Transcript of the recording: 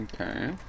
Okay